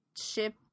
ship